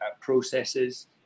processes